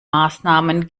maßnahmen